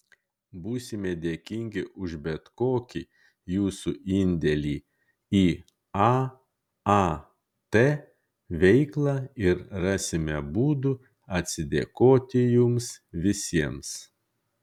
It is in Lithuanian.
būsime dėkingi už bet kokį jūsų indėlį į aat veiklą ir rasime būdų atsidėkoti jums visiems